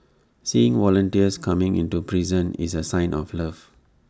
seeing volunteers coming into prison is A sign of love